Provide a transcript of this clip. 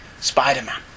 Spider-Man